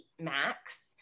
max